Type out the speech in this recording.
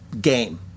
game